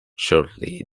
shortly